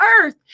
earth